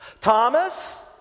Thomas